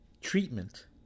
treatment